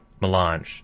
Melange